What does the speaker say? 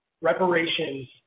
reparations